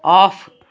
off